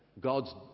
God's